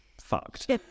fucked